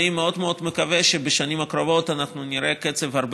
אני מאוד מאוד מקווה שבשנים הקרובות נראה קצב הרבה